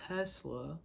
Tesla